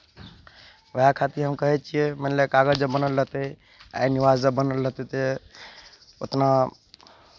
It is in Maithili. उएह खातिर हम कहै छियै मानि लिअ कागज जब बनल रहतै आय निवास जब बनल रहतै तऽ उतना